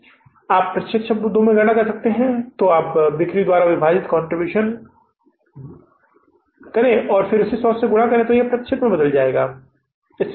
यदि आप प्रतिशत शब्दों में गणना करना चाहते हैं तो बिक्री द्वारा विभाजित कंट्रीब्यूशन और फिर 100 गुणा हो जाता है